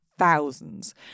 thousands